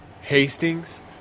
Hastings